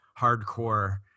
hardcore